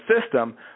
system